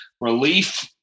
relief